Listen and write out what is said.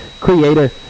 creator